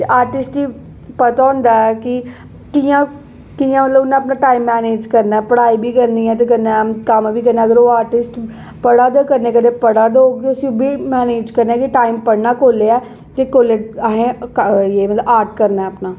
ते आर्टिस्ट ई पता होंदा ऐ कि'यां कि'यां मतलब उ'नेै अपना टाइम मैनेज करना पढ़ाई बी करनी ऐ ते कन्नै कम्म बी करना अगर ओह् आर्टिस्ट करने दे कन्नै कन्नै पढ़ा दा होग उसी उब्भी मैनेज करना की टाइम पढ़ना कोह्लै ऐ ते कोह्लै अहें इ'यै मतलब आर्ट करना अपना